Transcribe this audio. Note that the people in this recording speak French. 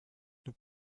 nous